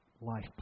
life